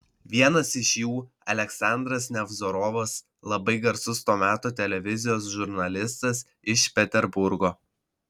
vienas iš jų aleksandras nevzorovas labai garsus to meto televizijos žurnalistas iš peterburgo